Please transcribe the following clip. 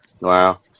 Wow